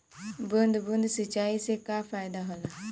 बूंद बूंद सिंचाई से का फायदा होला?